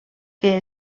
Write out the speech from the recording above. que